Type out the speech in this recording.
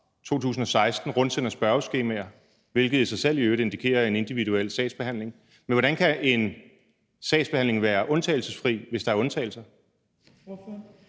2016 rundsender spørgeskemaer, hvilket i sig selv i øvrigt indikerer en individuel sagsbehandling. Hvordan kan en sagsbehandling være undtagelsesfri, hvis der er undtagelser? Kl.